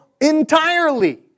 entirely